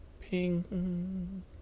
ping